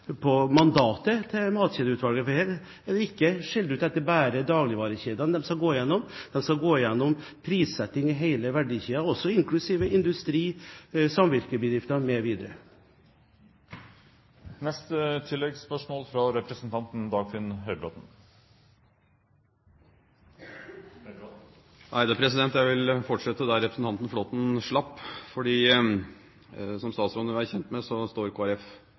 mandatet til Matkjedeutvalget, for der er det ikke skilt ut slik at det bare er dagligvarekjedene de skal gå gjennom. De skal gå gjennom prissetting i hele verdikjeden, inklusive industri, samvirkebedrifter mv. Dagfinn Høybråten – til oppfølgingsspørsmål. Jeg vil fortsette der representanten Flåtten slapp. Som statsråden vil være kjent med, står